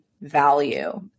value